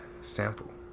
sample